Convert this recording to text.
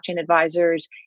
Advisors